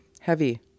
Heavy